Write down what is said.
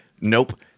Nope